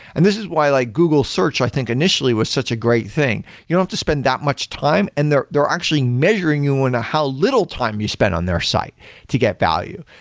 and this is why like google search i think initially was such a great thing. you don't have to spend that much time, and they're they're actually measuring you on and how little time you spent on their site to get value.